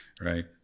Right